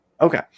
Okay